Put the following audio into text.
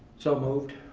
so moved.